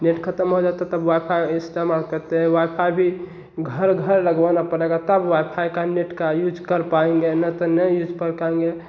net ख़त्म हो जाता है तब वाई फाई इस्तेमाल करते हैं वाई फाई भी घर घर लगवाना पड़ेगा तब वाई फाई का नेट का यूज़ कर पाएँगे नहीं तो नहीं यूज़ कर पाएँगे